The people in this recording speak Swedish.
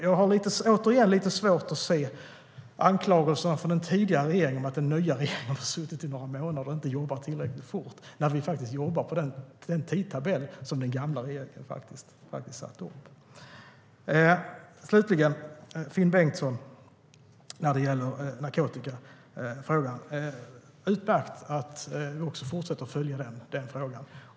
Jag har lite svårt att förstå anklagelserna från den tidigare regeringen om att den nya regeringen som bara suttit i några månader inte har jobbat tillräckligt fort när vi jobbar enligt den tidtabell som den gamla regeringen satte upp. Slutligen vänder jag mig till Finn Bengtsson om frågan om narkotika. Det är utmärkt att vi fortsätter att följa den frågan.